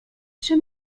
trzy